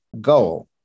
goal